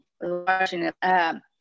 Washington